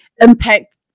impact